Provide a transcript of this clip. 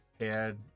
add